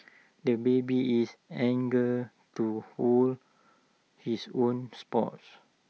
the baby is anger to hold his own spoons